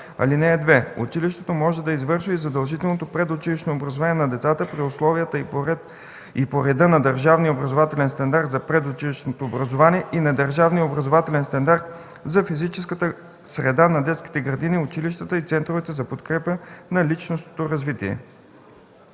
(2) Училището може да извършва и задължителното предучилищно образование на децата при условията и по реда на държавния образователен стандарт за предучилищното образование и на държавния образователен стандарт за физическата среда на детските градини, училищата и центровете за подкрепа за личностното развитие.”